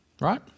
Right